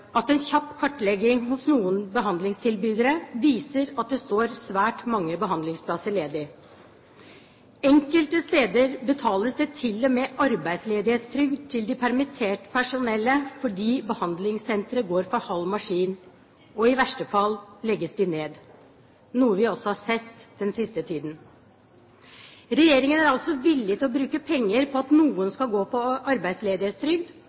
at en kjapp kartlegging av noen behandlingstilbydere viser at det står svært mange behandlingsplasser ledig. Enkelte steder betales det til og med arbeidsledighetstrygd til permittert personell fordi behandlingssenteret går for halv maskin, og i verste fall legges det ned, noe vi også har sett den siste tiden. Regjeringen er altså villig til å bruke penger på at noen skal gå på arbeidsledighetstrygd,